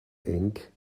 ink